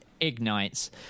ignites